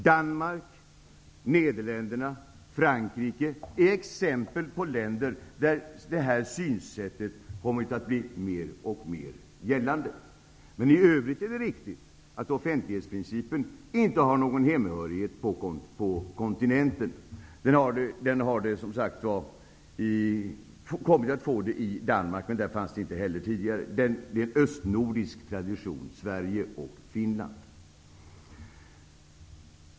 Danmark, Nederländerna och Frankrike är exempel på länder där detta synsätt kommit att bli mer och mer gällande. Men i övrigt är det riktigt att offentlighetsprincipen inte har något hemmahörighet på kontinenten. Den har kommit att få det i Danmark, men också där fanns den inte tidigare. Det är en östnordisk tradition i Sverige och Finland.